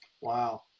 Wow